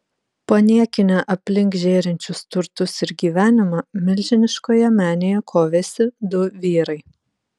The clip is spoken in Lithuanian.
paniekinę aplink žėrinčius turtus ir gyvenimą milžiniškoje menėje kovėsi du vyrai